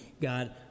God